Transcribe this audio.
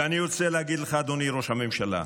ואני רוצה להגיד לך, אדוני ראש הממשלה,